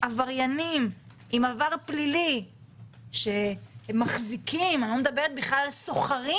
עבריינים עם עבר פלילי שמחזיקים אני לא מדברת אפילו על סוחרים